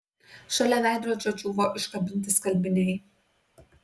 šalia veidrodžio džiūvo iškabinti skalbiniai